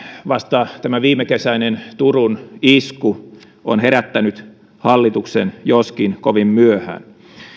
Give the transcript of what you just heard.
vasta tämä viimekesäinen turun isku on herättänyt hallituksen joskin kovin myöhään